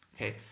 Okay